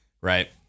right